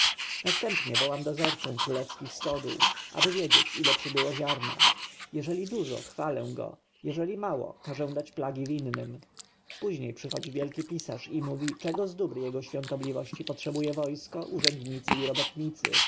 następnie wołam dozorcę królewskich stodół aby wiedzieć ile przybyło ziarna jeżeli dużo chwalę go jeżeli mało każę dać plagi winnym później przychodzi wielki pisarz i mówi czego z dóbr jego świątobliwości potrzebuje wojsko urzędnicy i robotnicy